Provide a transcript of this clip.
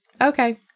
Okay